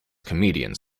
comedians